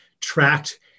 tracked